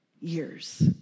years